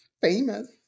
Famous